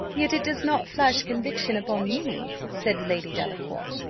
yet it does not flash conviction upon me, said lady delacour.